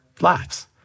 laughs